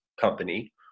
company